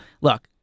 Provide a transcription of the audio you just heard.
look